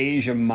Asia